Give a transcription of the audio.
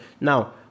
now